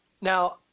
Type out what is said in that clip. now